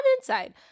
inside